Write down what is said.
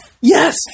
Yes